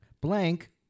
Blank